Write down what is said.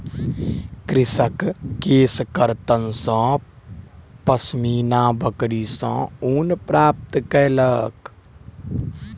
कृषक केशकर्तन सॅ पश्मीना बकरी सॅ ऊन प्राप्त केलक